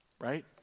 right